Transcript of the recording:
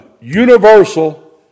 universal